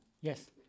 Yes